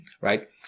right